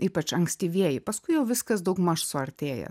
ypač ankstyvieji paskui jau viskas daugmaž suartėja